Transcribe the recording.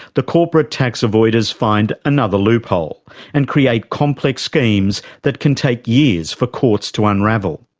the corporate tax avoiders find another loophole and create complex schemes that can take years for courts to unravel.